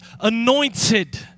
anointed